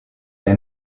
hier